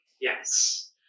Yes